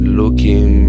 looking